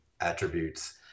attributes